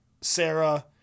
Sarah